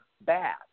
bad